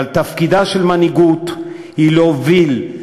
אבל תפקידה של מנהיגות הוא להוביל,